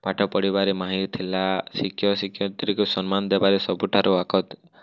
ପାଠ ପଢ଼ିବାରେ ମାହିର୍ ଥିଲା ଶିକ୍ଷକ ଶିକ୍ଷୟିତ୍ରୀଙ୍କୁ ସମ୍ମାନ ଦେବାରେ ସବୁଠାରୁ ଆଗ